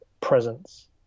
presence